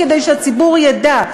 כדי שהציבור ידע.